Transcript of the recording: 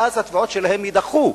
ואז התביעות שלהם יידחו.